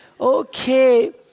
Okay